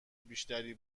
بیشتری